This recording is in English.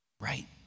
Right